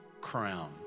crown